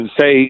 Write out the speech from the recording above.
say